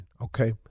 Okay